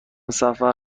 سفر